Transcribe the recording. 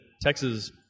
Texas